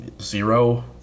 Zero